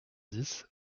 dix